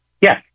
Yes